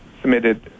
submitted